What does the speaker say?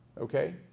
okay